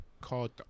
called